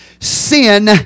Sin